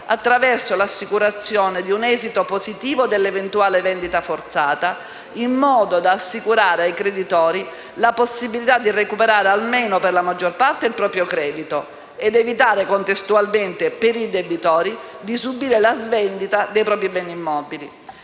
attraverso l'assicurazione di un esito positivo dell'eventuale vendita forzata, in modo da assicurare ai creditori la possibilità di recuperare almeno per la maggior parte il proprio credito ed evitare contestualmente, per i debitori, di subire la svendita dei propri beni immobili.